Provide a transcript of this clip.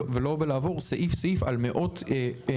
ולא בלעבור סעיף-סעיף על מאות הסכמים.